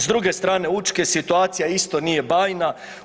S druge strane Učke situacija isto nije bajna.